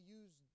use